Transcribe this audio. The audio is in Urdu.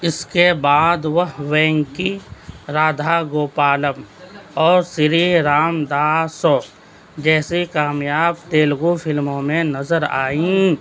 اس کے بعد وہ رینکی رادھا گوپالم اور سری رام داسو جیسی کامیاب تیلگو فلموں میں نظر آئیں